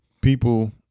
people